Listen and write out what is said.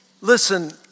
Listen